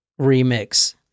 remix